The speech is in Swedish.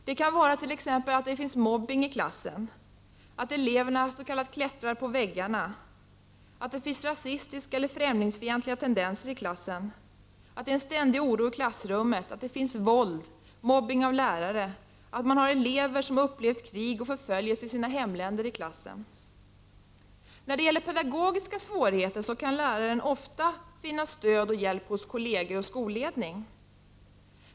Det kan t.ex. vara så, att det förekommer mobbning i en klass, att eleverna så att säga klättrar på väggarna, att det finns rasistiska eller främlingsfientliga tendenser i en klass, att det är en ständig oro i klassrummet, att det förekommer våld eller mobbning av lärare eller att det finns elever i en klass som har upplevt krig och förföljelse i sitt hemland. När det gäller pedagogiska svårigheter kan en lärare ofta finna stöd och hjälp hos kolleger och skolledning.